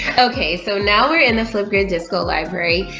okay, so now we're in the flipgrid disco library.